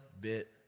bit